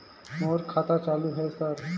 मोर खाता चालु हे सर?